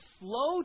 slow